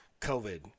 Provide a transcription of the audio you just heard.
COVID